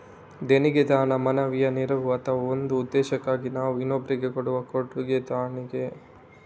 ದೇಣಿಗೆ ದಾನ, ಮಾನವೀಯ ನೆರವು ಅಥವಾ ಒಂದು ಉದ್ದೇಶಕ್ಕಾಗಿ ನಾವು ಇನ್ನೊಬ್ರಿಗೆ ಕೊಡುವ ಕೊಡುಗೆ ದೇಣಿಗೆ